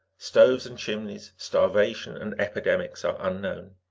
stoves and chimneys, starvation and epidemics, are unknown.